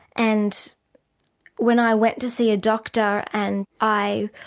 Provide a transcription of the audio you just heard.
and when i went to see a doctor and i